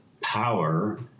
power